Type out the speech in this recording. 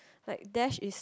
like Dash is